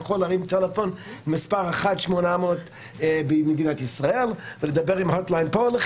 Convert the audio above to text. יכול להרים טלפון למספר 1-800 במדינת ישראל ולדבר על הוט ליין כאן.